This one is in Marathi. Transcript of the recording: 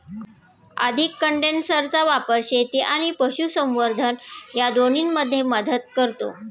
अधिक कंडेन्सरचा वापर शेती आणि पशुसंवर्धन या दोन्हींमध्ये मदत करतो